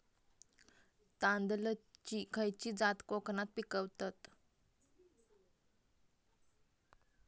तांदलतली खयची जात कोकणात पिकवतत?